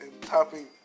topping